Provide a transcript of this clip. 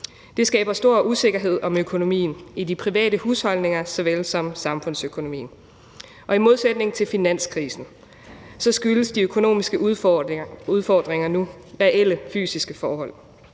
Det skaber stor usikkerhed om økonomien i de private husholdninger såvel som i samfundsøkonomien. I modsætning til finanskrisen skyldes de økonomiske udfordringer nu reelle fysiske forhold,